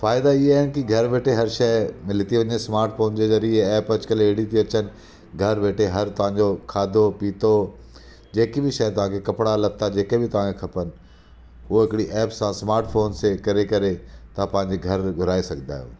फ़ाइदा इहे आहिनि की घर वेठे हर शइ मिली थी वञे स्माटफोन जे ज़रिये ऐप अॼुकल्ह अहिड़ियूं थी अचनि घर वेठे हर तांजो खाधो पीतो जेके बि शइ तव्हांखे कपिड़ा लता जेके बि तव्हां खे खपनि उहो हिकिड़ी ऐप सां स्माटफोन से करे करे तव्व्हां पांजे घरु घुराए सघंदा आहियो